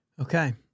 Okay